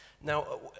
Now